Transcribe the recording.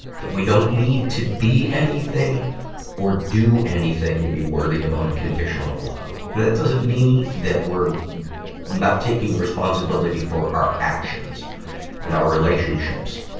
that we don't need to be anything or do anything to be worthy of unconditional love. that doesn't mean that we're not taking responsibility for our actions and our relationships.